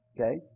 Okay